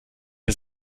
der